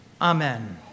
Amen